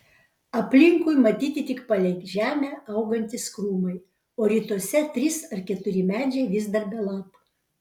aplinkui matyti tik palei žemę augantys krūmai o rytuose trys ar keturi medžiai vis dar be lapų